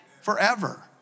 forever